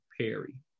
perry